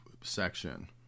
section